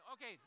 Okay